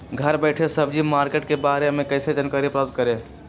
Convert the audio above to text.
घर बैठे सब्जी मार्केट के बारे में कैसे जानकारी प्राप्त करें?